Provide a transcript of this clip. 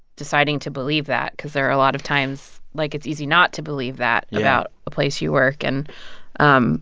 deciding to believe that cause there are a lot of times, like, it's easy not to believe that. yeah. about a place you work. and um